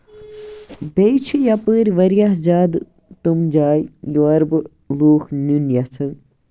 بیٚیہِ چھِ یَپٲرۍ واریاہ زیادٕ تٔمۍ جایہِ یور بہٕ لوٗکھ نیُن یَژھان